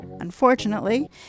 unfortunately